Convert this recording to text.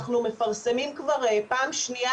אנחנו מפרסמים כבר פעם שנייה.